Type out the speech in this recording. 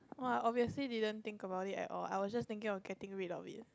!wah! obviously didn't think about it at all I was just thinking of getting rid of it